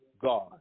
God